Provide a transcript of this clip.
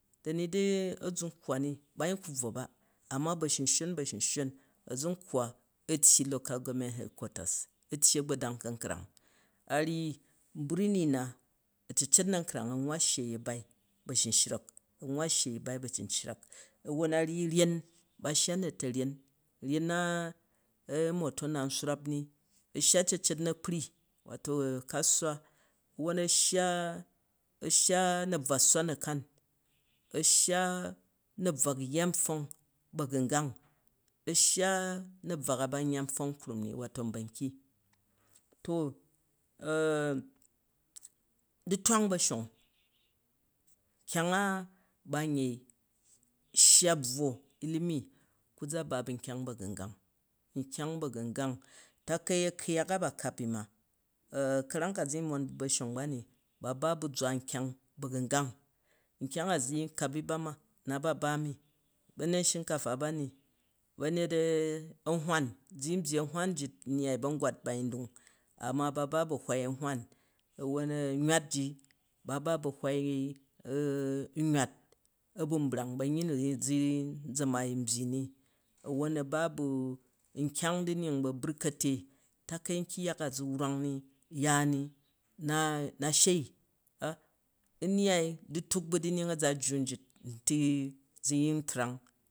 Da̱ ni du azu̱nkwa ni, ba yin k bvwo ba, amma, bashinshon. A̱zunkwa a̱ tyyi a̱gbodang kankrang, a̱ tyyi local governmen leadqueter, a̱ tyyi agbo dang kankrang, n birni na, awwa sshyei a̱bai bashishank, wwon a̱ ryyi ryyei, ba shya na̱ta̱nyen motor nan swrang ni, a shanga acecet nakpri, wato ka̱suwa wwan ashya na̱bvwa sswa nakan, a̱rshya na̱bvwa sswa nakan, a̱rshya na̱bvwa yyan npfong ba̱gu̱nga, a̱ shya na̱bvwak ba yya npfong nkru m ni, wato nbanki to an du̱twang ba̱shong, kyang a, ba n yei shuga bvwo, ilimi ku za ba bu nkyang ba̱gu̱nga nkyang ba̱gu̱gan, takai a̱kuyak a ba kap ni man. Ka̱ran ka, zu̱n mom bu bạshon ba ni, ba ba bu zwa nkyang ba̱gu̱ngan, n kyang a zuyin kap, ba nta, n na ba mi, ba̱nyet shinkafa ba ni, banipet anhwa zu̱ yi byyi ahwan nji zu̱ yin dinji bagwat, amu a ba ba bu ahwa anhwa. Wwon nywat ji, ba ba bu ahwai nywat a bu nbrang ba̱ a̱ nyyi zu yi za byyini wwon a ba bu nkyang dwnging buburkate, takai nkyangya na, zu̱ ya ni, na shei n myya dutuk ba bumgin a̱jajjwu njit ntizu yin trang